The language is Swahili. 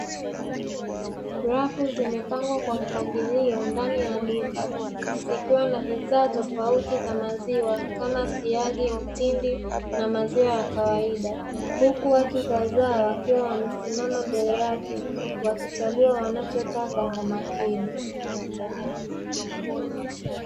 Rafu zimepangwa kwa mpangilio ndani ya duka zikiwa na bidhaa tofauti za maziwa kama siagi, mtindi na maziwa ya kawaida huku watu kadhaa wakiwa wamesimama mbele yake wakichagua wanachotaka kwa makini.